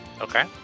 Okay